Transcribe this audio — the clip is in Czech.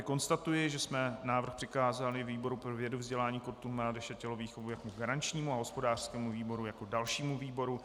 Konstatuji tedy, že jsme návrh přikázali výboru pro vědu, vzdělání, kulturu, mládež a tělovýchovu jako garančnímu a hospodářskému výboru jako dalšímu výboru.